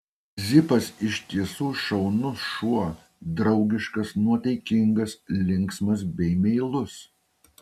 zipas iš tiesų šaunus šuo draugiškas nuotaikingas linksmas bei meilus